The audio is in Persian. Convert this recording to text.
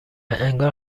انگار